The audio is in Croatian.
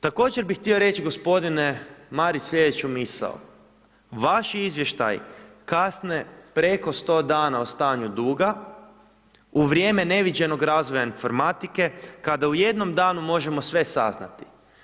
Također bi htio reći gospodine Marić sljedeću misao, vaši izvještaji kasne preko 100 dana o stanju duga, u vrijeme neviđenog razvoja informatike, kada u jednom danu možemo sve saznati.